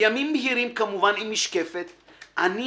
בימים בהירים/ כמובן עם משקפת/ אני